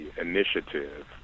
initiative